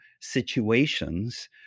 situations